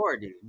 dude